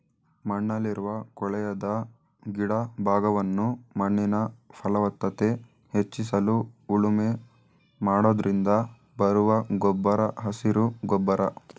ಮಣ್ಣಲ್ಲಿರುವ ಕೊಳೆಯದ ಗಿಡ ಭಾಗವನ್ನು ಮಣ್ಣಿನ ಫಲವತ್ತತೆ ಹೆಚ್ಚಿಸಲು ಉಳುಮೆ ಮಾಡೋದ್ರಿಂದ ಬರುವ ಗೊಬ್ಬರ ಹಸಿರು ಗೊಬ್ಬರ